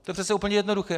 To je přece úplně jednoduché.